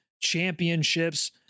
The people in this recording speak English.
championships